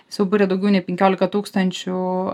suburia daugiau nei penkiolika tūkstančių